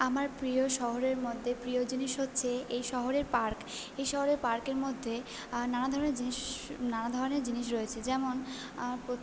আমার প্রিয় শহরের মধ্যে প্রিয় জিনিস হচ্ছে এই শহরের পার্ক এই শহরের পার্কের মধ্যে নানা ধরনের জিনিস নানা ধরণের জিনিস রয়েছে যেমন আমার